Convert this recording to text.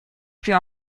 plus